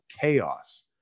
chaos